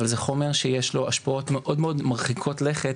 אבל זה חומר שיש לו השפעות מאוד מאוד מרחיקות לכת